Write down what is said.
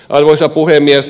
arvoisa puhemies